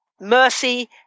mercy